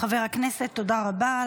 חבר הכנסת, תודה רבה.